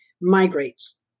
migrates